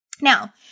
Now